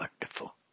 wonderful